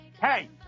hey